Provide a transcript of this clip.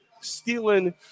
stealing